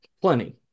Plenty